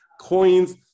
coins